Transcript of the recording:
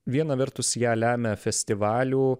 viena vertus ją lemia festivalių